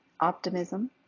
optimism